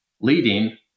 leading